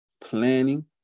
planning